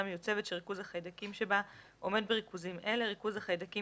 מיוצגת שריכוז החיידקים שבה עומד בריכוזים אלה ריכוז החיידקים